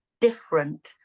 different